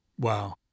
Wow